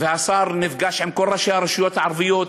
והשר נפגש עם כל ראשי הרשויות הערביות,